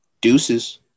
Deuces